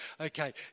okay